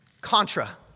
Contra